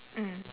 mm